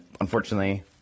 unfortunately